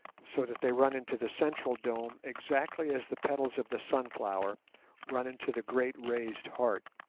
so that they run into the central dome exactly as the petals of the sunflower run into the great raised heart.